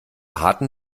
harten